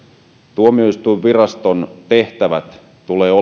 tuomioistuinviraston tehtävät tulevat